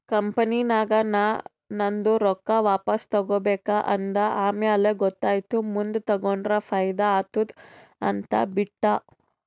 ಕಂಪನಿನಾಗ್ ನಾ ನಂದು ರೊಕ್ಕಾ ವಾಪಸ್ ತಗೋಬೇಕ ಅಂದ ಆಮ್ಯಾಲ ಗೊತ್ತಾಯಿತು ಮುಂದ್ ತಗೊಂಡುರ ಫೈದಾ ಆತ್ತುದ ಅಂತ್ ಬಿಟ್ಟ